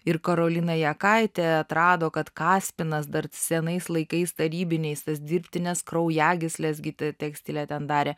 ir karolina jakaitė atrado kad kaspinas dar senais laikais tarybiniais tas dirbtines kraujagysles gitetekstile ten darė